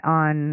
on